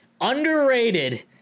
underrated